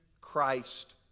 Christ